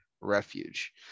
refuge